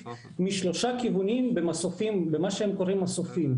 משלושה כיוונים במה שהם קוראים מסופים.